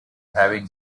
having